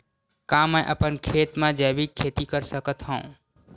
का मैं अपन खेत म जैविक खेती कर सकत हंव?